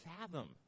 fathom